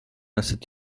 esat